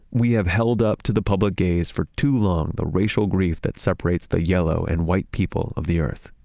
we have held up to the public gaze for too long the racial grief that separates the yellow and white people of the earth.